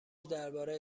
درباره